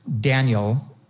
Daniel